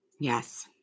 Yes